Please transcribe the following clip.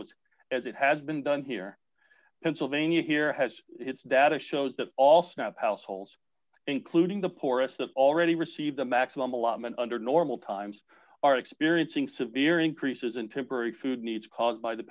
was as it has been done here pennsylvania here has its data shows that also have households including the poorest that already receive the maximum allotment under normal times are experiencing severe increases in temporary food needs caused by the